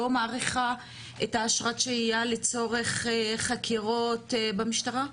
מאריכה את אשרת השהיה לצורך חקירות במשטרה?